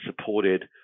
supported